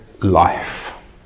life